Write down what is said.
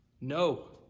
No